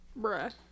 bruh